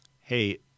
hey